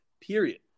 period